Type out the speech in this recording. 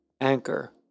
Anchor